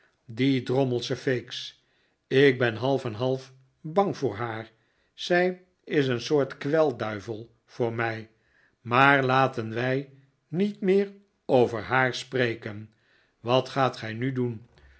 die drommelsche feeks ik ben half en half bang voor haar zij is een soort kwelduivel voor mij maar laten wij niet meer over haar spreken wat gaat gij nu doen